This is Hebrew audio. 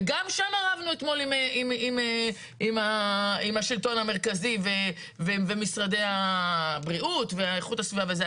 וגם שם רבנו אתמול עם השלטון המרכזי ומשרדי הבריאות ואיכות הסביבה וזה.